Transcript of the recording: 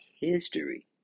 history